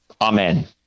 Amen